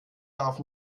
darf